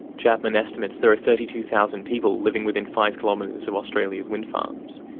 chapman estimates there are thirty two thousand people living within five kilometres of australia's wind farms.